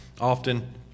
often